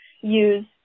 use